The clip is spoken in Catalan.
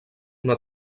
una